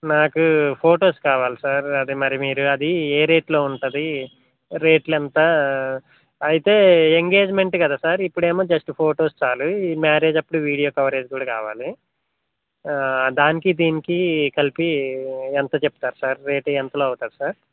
నాకు ఫొటోస్ కావాలి సార్ అదే మరి మీరు అది ఏ రేట్లో ఉంటుంది రేట్లు ఎంత అయితే ఎంగేజ్మెంట్ కదా సార్ ఇప్పుడు ఏమో జస్ట్ ఫొటోస్ చాలు ఈ మ్యారేజ్ అప్పుడు వీడియో కవరేజ్ కూడా కావాలి దానికి దీనికి కలిపి ఎంత చెప్తారు సార్ రేటు ఎంతలో అవుతారు సార్